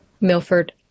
Milford